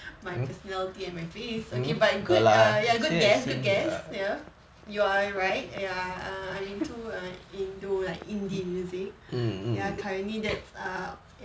my personality and my face okay but good err ya good guess good guess ya you are right ya um I'm into indo like indie music ya currently that's err